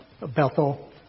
Bethel